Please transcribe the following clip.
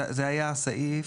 זה היה סעיף,